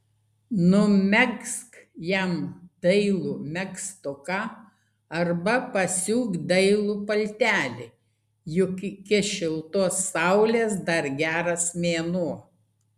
numegzk jam dailų megztuką arba pasiūk dailų paltelį juk iki šiltos saulės dar geras mėnuo